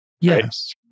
Yes